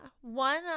One